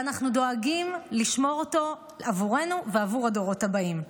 ואנחנו דואגים לשמור אותו עבורנו ועבור הדורות הבאים.